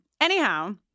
Anyhow